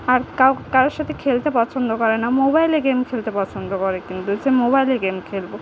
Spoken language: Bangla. আর কারোর সাথে খেলতে পছন্দ করে না মোবাইলে গেম খেলতে পছন্দ করে কিন্তু যে মোবাইলে গেম খেলব